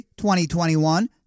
2021